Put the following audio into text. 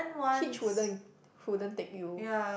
Hitch wouldn't wouldn't take you